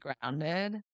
grounded